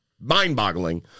mind-boggling